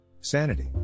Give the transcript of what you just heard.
Sanity